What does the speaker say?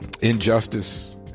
injustice